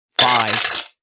Five